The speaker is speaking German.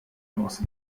aus